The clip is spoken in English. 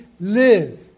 live